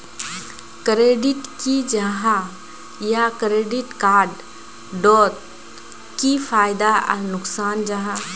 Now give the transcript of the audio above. Credit की जाहा या क्रेडिट कार्ड डोट की फायदा आर नुकसान जाहा?